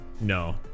No